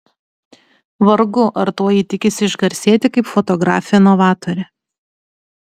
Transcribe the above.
vargu ar tuo ji tikisi išgarsėti kaip fotografė novatorė